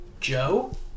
Joe